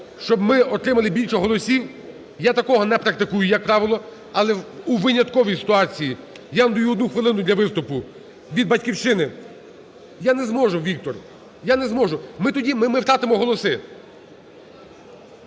щоб ми отримали більше голосів, я такого не практикую, як правило, але у винятковій ситуації я надаю 1 хвилину для виступу від "Батьківщини"… (Шум у залі) Я не зможу, Вікторе. Я не зможу. Ми тоді, ми втратимо голоси.